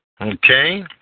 Okay